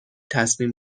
تصمیم